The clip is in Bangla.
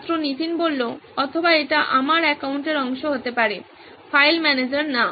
ছাত্র নীতিন অথবা এটি আমার অ্যাকাউন্টের অংশ হতে পারে ফাইল ম্যানেজার না